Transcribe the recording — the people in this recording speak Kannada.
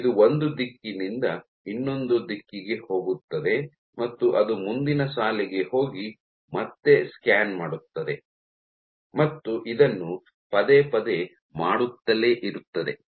ಇದು ಒಂದು ದಿಕ್ಕಿನಿಂದ ಇನ್ನೊಂದು ದಿಕ್ಕಿಗೆ ಹೋಗುತ್ತದೆ ಮತ್ತು ಅದು ಮುಂದಿನ ಸಾಲಿಗೆ ಹೋಗಿ ಮತ್ತೆ ಸ್ಕ್ಯಾನ್ ಮಾಡುತ್ತದೆ ಮತ್ತು ಇದನ್ನು ಪದೇ ಪದೇ ಮಾಡುತ್ತಲೇ ಇರುತ್ತದೆ